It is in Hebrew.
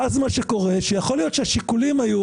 מה שקורה הוא שיכול להיות שהשיקולים היו